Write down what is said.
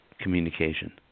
communication